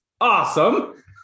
Awesome